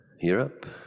Europe